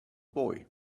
boy